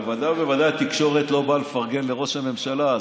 בוודאי ובוודאי התקשורת לא באה לפרגן לראש הממשלה,